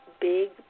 big